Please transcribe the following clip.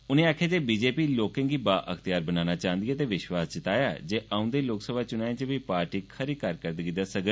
उनें आखेआ जे बीजेपी लोकें गी बा अख्तियार बनाना चांहदी ऐ ते विश्वास जताया जे औंदे लोकसभा चुनाएं च बी ार्टी खरी कारकरदगी दस्सोग